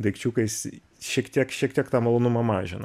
daikčiukais šiek tiek šiek tiek tą malonumą mažina